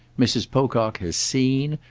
mrs. pocock has seen,